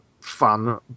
fun